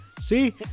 See